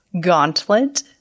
gauntlet